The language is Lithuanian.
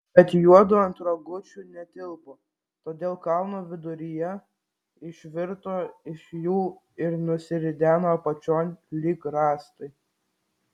bet juodu ant rogučių netilpo todėl kalno viduryje išvirto iš jų ir nusirideno apačion lyg rąstai